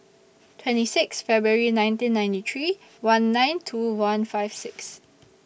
twenty six February nineteen ninety three one nine two one five six